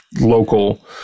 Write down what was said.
local